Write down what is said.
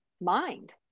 mind